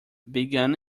begun